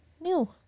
new